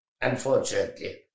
unfortunately